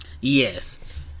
Yes